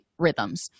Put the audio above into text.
rhythms